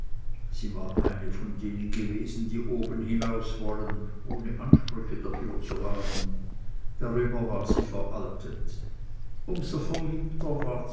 sie war eine von denen gewesen die oben hinaus wollen ohne ansprüche dafür zu haben darüber war sie veraltet um so